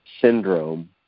syndrome